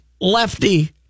lefty